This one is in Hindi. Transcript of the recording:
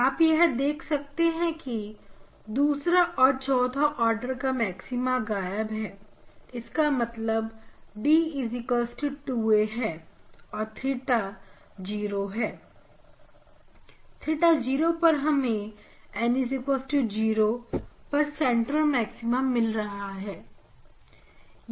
आप यहां देख सकते हैं कि दूसरा और चौथे आर्डर का मैक्सिमा गायब है इसका मतलब d 2a है और theta 0 पर हमें n 0 पर सेंट्रल मैक्सिमम मिल रहा है